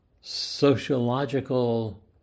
sociological